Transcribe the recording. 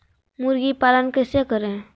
मुर्गी पालन कैसे करें?